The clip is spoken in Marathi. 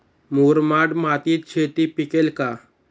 मुरमाड मातीत शेती पिकेल का?